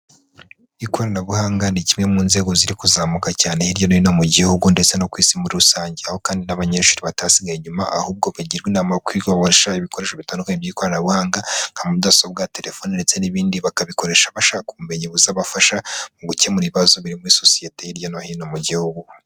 Ikoranabuhanga ni kimwe mu nzego ziri kuzamuka cyane hirya no hino mu gihugu ndetse no ku isi muri rusange. Aho kandi n'abanyeshuri batasigaye inyuma ahubwo bagirwa inama yo kwiga gukoresha ibikoresho bitandukanye by'ikoranabuhanga nka mudasobwa, terefoni ndetse n'ibindi, bakabikoresha bashaka ubumenyi buzabafasha mu gukemura ibibazo biri muri sosiyete hirya no hino mu gihugu.